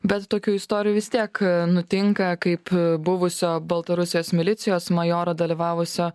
bet tokių istorijų vis tiek nutinka kaip buvusio baltarusijos milicijos majoro dalyvavusio